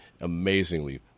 amazingly